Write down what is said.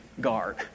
guard